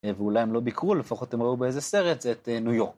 ואולי הם לא ביקרו, לפחות הם ראו באיזה סרט את ניו יורק.